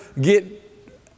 get